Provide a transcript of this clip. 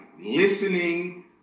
listening